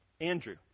Andrew